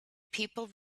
people